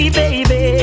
baby